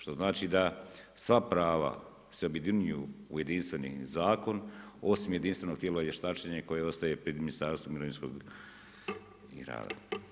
Što znači da sva prava se objedinjuju u jedinstveni zakon, osim jedinstvenog tijela vještačenja koje ostaje pred ministarstvom mirovinskog i rada.